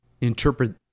interpret